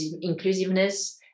inclusiveness